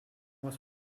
was